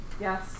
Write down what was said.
Yes